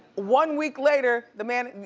one week later, the man, and